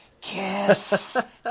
kiss